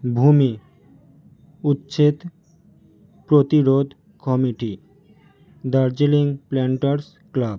ভূমি উচ্ছেদ প্রতিরোধ কমিটি দার্জিলিং প্ল্যান্টার্স ক্লাব